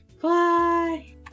Bye